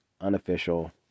unofficial